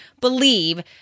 believe